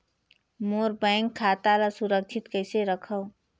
मोर bank खाता ला सुरक्षित कइसे रखव?